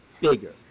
bigger